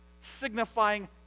signifying